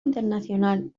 internacional